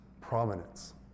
prominence